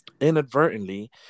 Inadvertently